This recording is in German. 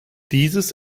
dieses